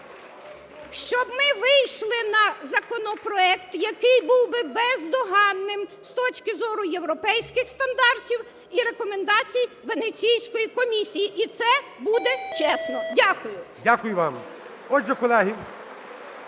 щоб ми вийшли на законопроект, який був би бездоганним з точки зору європейських стандартів і рекомендацій Венеційської комісії. І це буде чесно. Дякую. ГОЛОВУЮЧИЙ.